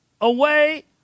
away